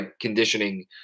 conditioning